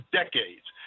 decades